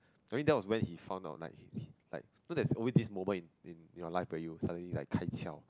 maybe that was when he found out like like so there is always this moment in in your life when you suddenly like kai qiao